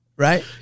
Right